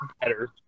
better